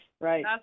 right